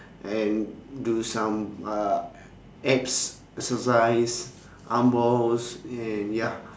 and do some uh abs exercise arm hauls and ya